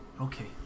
Okay